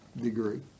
degree